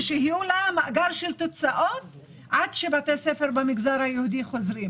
ושיהיו לה מאגר של תוצאות עד שבתי ספר במגזר היהודי חוזרים.